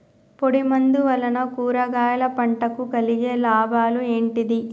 పొడిమందు వలన కూరగాయల పంటకు కలిగే లాభాలు ఏంటిది?